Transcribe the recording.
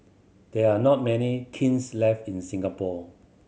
there are not many kilns left in Singapore